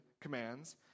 commands